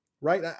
right